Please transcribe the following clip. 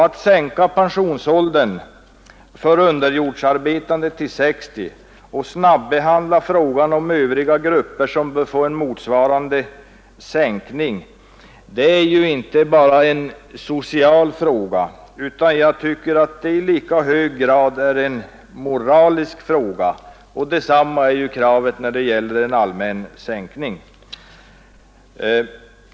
Att sänka pensionsåldern för underjordsarbetande till 60 år och att snabbehandla frågorna om Övriga grupper som bör få en motsvarande sänkning är inte bara en social fråga utan i lika hög grad en moralisk fråga. Detsamma gäller kravet på en allmän sänkning av pensionsåldern.